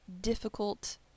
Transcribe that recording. difficult